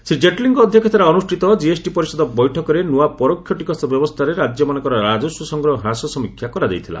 ଶ୍ରୀ ଜେଟଲୀଙ୍କ ଅଧ୍ୟକ୍ଷତାରେ ଅନୁଷ୍ଠିତ ଜିଏସ୍ଟି ପରିଷଦ ବୈଠକରେ ନୃଆ ପରୋକ୍ଷ ଟିକସ୍ ବ୍ୟବସ୍ଥାରେ ରାଜ୍ୟ ମାନଙ୍କର ରାଜସ୍ୱ ସଂଗ୍ରହ ହ୍ରାସ ସମୀକ୍ଷା କରିଯାଇଥିଲା